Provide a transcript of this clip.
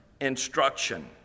instruction